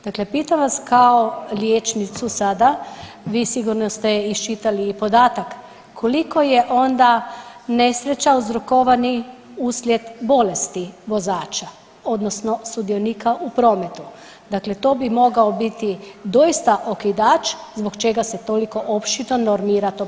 Dakle pitam vas kao liječnicu sada, vi sigurno ste iščitali i podatak koliko je onda nesreća uzrokovanih uslijed bolesti vozača odnosno sudionika u prometu, dakle to bi mogao biti doista okidač zbog čega se toliko opširno normira to područje?